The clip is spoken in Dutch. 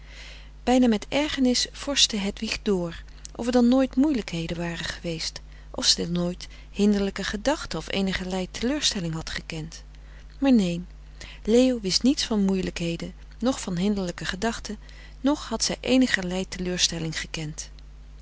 bijna met ergenis vorschte hedwig dr of er dan nooit moeilijkheden waren geweest of zij dan nooit hinderlijke gedachten of eenigerlei teleurstelling had gekend maar neen leo wist niet van moeielijkheden noch van hinderlijke gedachten noch had zij eenigerlei teleurstelling gekend